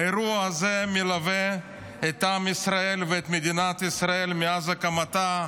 האירוע הזה מלווה את עם ישראל ואת מדינת ישראל מאז הקמתה.